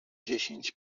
dziesięć